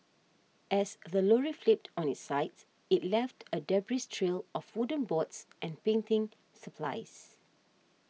as the lorry flipped on its side it left a debris trail of wooden boards and painting supplies